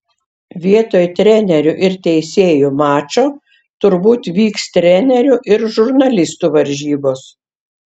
vietoj trenerių ir teisėjų mačo turbūt vyks trenerių ir žurnalistų varžybos